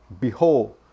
Behold